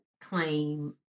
claim